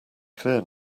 clear